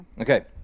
Okay